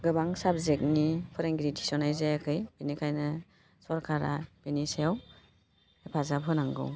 गोबां साबजेटनि फोरोंगिरि थिसन्नाय जायाखै बिनिखायनो सरकारा बिनि सायाव हेफाजाब होनांगौ